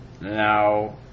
Now